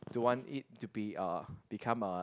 don't want it to be uh become a